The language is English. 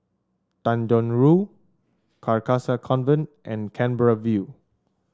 Tanjong Rhu Carcasa Convent and Canberra View